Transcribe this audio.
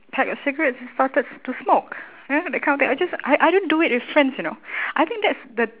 pack of cigarettes and started to smoke you know that kind of thing I just I I don't do it with friends you know I think that's the